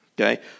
Okay